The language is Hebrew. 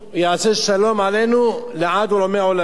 יעשה שלום עלינו לעד ולעולמי עולמים.